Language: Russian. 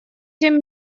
семь